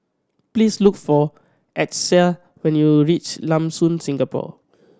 please look for Achsah when you reach Lam Soon Singapore